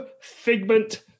Figment